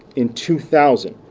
in two thousand,